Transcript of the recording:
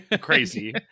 crazy